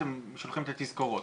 אתם שולחים את התזכורות.